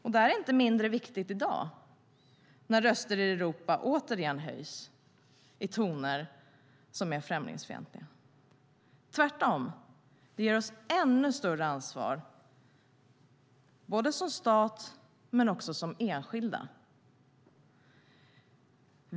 Detta är inte mindre viktigt i dag när röster i Europa återigen höjs i toner som är främlingsfientliga. Tvärtom ger det oss ännu större ansvar både som stat och som enskilda.